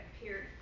appeared